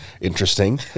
interesting